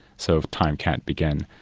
so time can't begin.